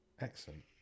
Excellent